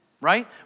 right